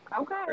Okay